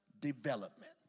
development